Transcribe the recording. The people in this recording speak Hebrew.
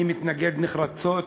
אני מתנגד נחרצות,